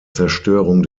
zerstörung